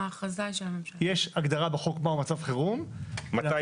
בחוק יש הגדרה מהו מצב חירום ולממשלה